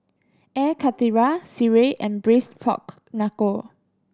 Air Karthira sireh and braise pork knuckle